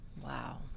Wow